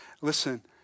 listen